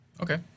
Okay